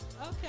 Okay